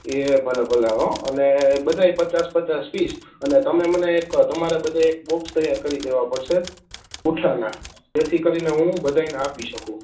એ ભલે ભલે હોં અને બધાય પચાસ પચાસ પીસ અને તમે મને એક તમારે બધે એક બોક્સ તૈયાર કરી દેવા પડશે પૂંઠાનાં જેથી કરીને હું બધાયને આપી શકું